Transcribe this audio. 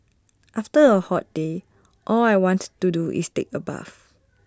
after A hot day all I want to do is take A bath